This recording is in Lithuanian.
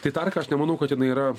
tai ta arka aš nemanau kad jinai yra